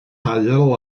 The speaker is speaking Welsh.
haul